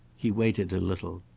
he waited a little.